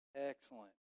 Excellent